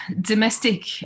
domestic